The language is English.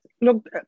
Look